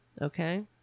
Okay